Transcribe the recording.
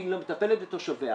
היא מטפלת בתושביה,